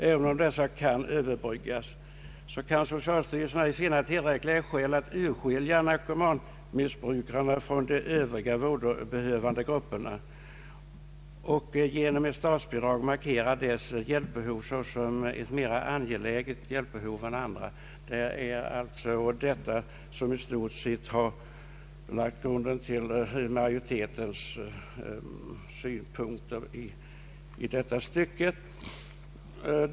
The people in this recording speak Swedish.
Även om dessa kunde överbryggas, kan socialstyrelsen ej finna tillräckliga skäl att urskilja narkomanmissbrukarna från övriga vårdbehövande grupper och ge nom ett statsbidrag markera deras hjälpbehov såsom mer angeläget än andras.” Det är i stort sett detta som har utgjort grunden för utskottsmajoritetens ställningstagande i detta stycke.